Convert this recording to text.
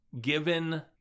given